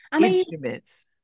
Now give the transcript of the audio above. instruments